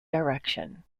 direction